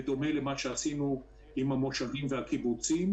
בדומה למה שעשינו במושבים והקיבוצים,